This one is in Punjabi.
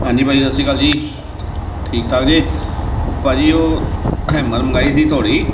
ਹਾਂਜੀ ਬਾਈ ਸਤਿ ਸ਼੍ਰੀ ਅਕਾਲ ਜੀ ਠੀਕ ਠਾਕ ਜੇ ਓ ਭਾਅ ਜੀ ਉਹ ਹੈਮਰ ਮੰਗਵਾਈ ਸੀ ਹਥੌੜੀ